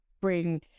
bring